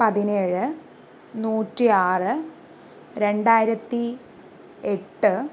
പതിനേഴ് നൂറ്റി ആറ് രണ്ടായിരത്തി എട്ട്